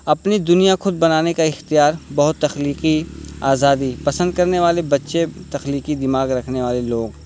اپنی دنیا خود بنانے کا اختیار بہت تخلیقی آزادی پسند کرنے والے بچے تخلیقی دماغ رکھنے والے لوگ